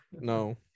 No